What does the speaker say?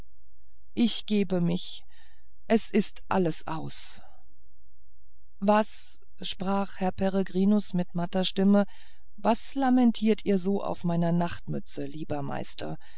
ich gebe mich es ist alles aus was sprach herr peregrinus mit matter stimme was lamentiert ihr so auf meiner nachtmütze lieber meister